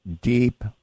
deep